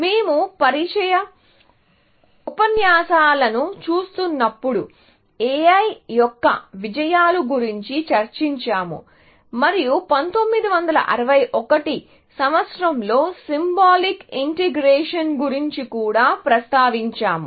మేము పరిచయ ఉపన్యాసాలను చూస్తున్నప్పుడు AI యొక్క విజయాలు గురించి చర్చించాము మరియు 1961 సంవత్సరంలో సింబాలిక్ ఇంటిగ్రేషన్ గురించి కూడా ప్రస్తావించాము